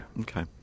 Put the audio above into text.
Okay